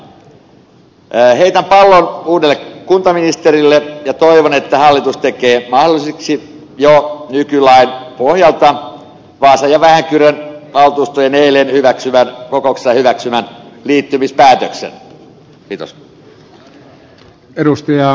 heitän pallon uudelle kuntaministerille ja toivon että hallitus tekee mahdolliseksi jo nykylain pohjalta vaasan ja vähäkyrön valtuustojen eilen kokouksessa hyväksymän liittymispäätöksen